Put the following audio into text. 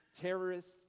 terrorists